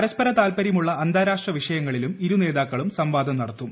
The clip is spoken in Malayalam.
പരസ്പര താത്പര്യമുള്ള അന്താരാഷ്ട്ര വിഷയങ്ങളിലും ഇരു നേതാക്കളും സംവാദം നടത്തും